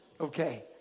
Okay